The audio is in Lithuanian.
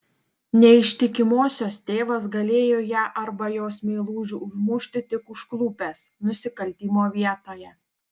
neištikimosios tėvas galėjo ją arba jos meilužį užmušti tik užklupęs nusikaltimo vietoje